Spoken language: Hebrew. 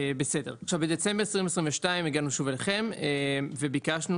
בדצמבר 2021 הגענו שוב אליכם וביקשנו